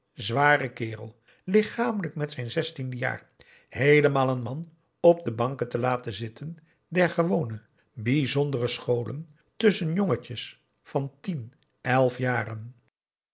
zwaren kerel lichamelijk met zijn zestiende jaar heelemaal een man op de banken te laten zitten der gewone bijzondere scholen tusschen jongetjes van tien elf jaren